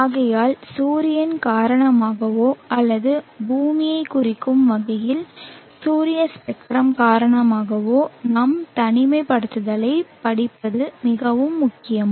ஆகையால் சூரியன் காரணமாகவோ அல்லது பூமியைக் குறிக்கும் வகையில் சூரிய ஸ்பெக்ட்ரம் காரணமாகவோ நாம் தனிமைப்படுத்தலைப் படிப்பது மிகவும் முக்கியம்